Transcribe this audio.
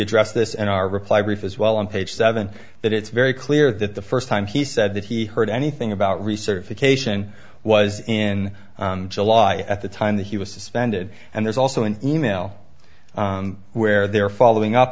addressed this in our reply brief as well on page seven that it's very clear that the first time he said that he heard anything about research for cation was in july at the time that he was suspended and there's also an e mail where they're following up